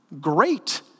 great